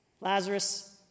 Lazarus